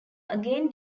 again